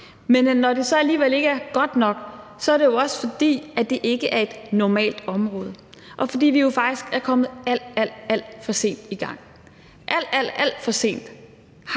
Men når det alligevel ikke er godt nok, er det jo også, fordi det ikke er et normalt område, og fordi vi jo faktisk er kommet alt, alt for sent i gang. Alt, alt for sent